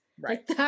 Right